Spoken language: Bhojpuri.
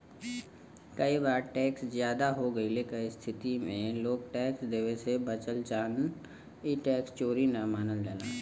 कई बार टैक्स जादा हो गइले क स्थिति में लोग टैक्स देवे से बचल चाहन ई टैक्स चोरी न मानल जाला